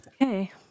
Okay